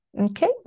okay